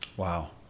Wow